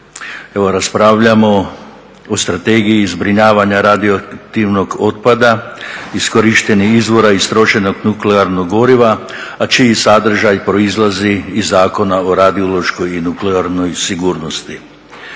Evo raspravljamo o strategiji zbrinjavanja radioaktivnog otpada iskorištenih izvora istrošenog nuklearnog goriva, a čiji sadržaj proizlazi iz Zakona o radiološkoj i nuklearnoj sigurnosti.